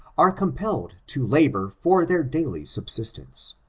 are compelled to labor for their daily subsistence.